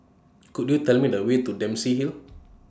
Could YOU Tell Me The Way to Dempsey Hill